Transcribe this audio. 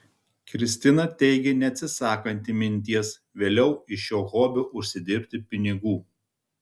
kristina teigė neatsisakanti minties vėliau iš šio hobio užsidirbti pinigų